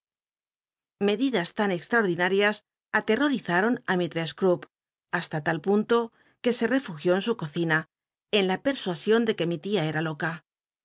medidas tan cxtraordinal'ias aterrorizaron á mrs a hasta tal punlo que se refugió en u cocina en la per'suasion de c uc mi tia era loe